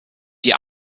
die